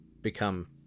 become